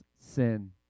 sin